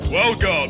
Welcome